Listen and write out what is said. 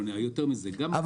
אם